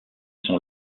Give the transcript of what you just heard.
sont